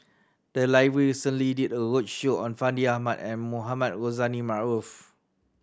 the library recently did a roadshow on Fandi Ahmad and Mohamed Rozani Maarof